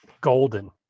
Golden